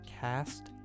Cast